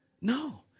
No